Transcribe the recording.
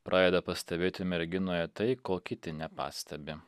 pradeda pastebėti merginoje tai ko kiti nepastebi